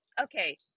Okay